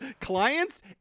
clients